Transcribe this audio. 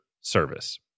service